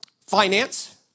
finance